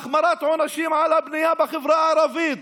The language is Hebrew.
החמרת עונשים על הבנייה בחברה הערבית,